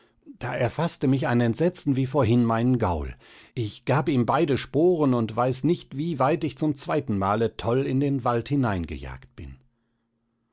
da erfaßte mich ein entsetzen wie vorhin meinen gaul ich gab ihm beide sporen und weiß nicht wie weit ich zum zweiten male toll in den wald hineingejagt bin